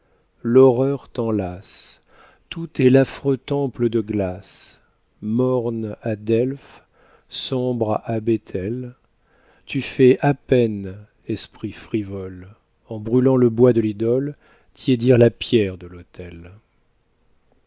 l'horreur t'enlace tout est l'affreux temple de glace morne à delphes sombre à béthel tu fais à peine esprit frivole en brûlant le bois de l'idole tiédir la pierre de l'autel